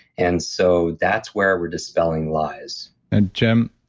and so that's where we're dispelling lies jim,